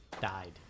Died